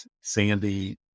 Sandy